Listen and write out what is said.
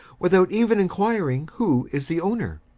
without even inquiring who is the owner,